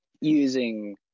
using